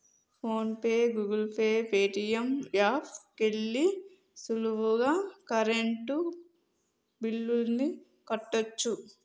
phone pay, Google pay, Paytm app లోకెల్లి సులువుగా current బిల్లుల్ని కట్టచ్చు